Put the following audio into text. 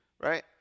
Right